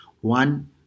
one